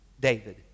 David